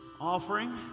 offering